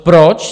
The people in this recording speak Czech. Proč?